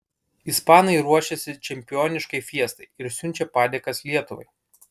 ispanai ruošiasi čempioniškai fiestai ir siunčia padėkas lietuvai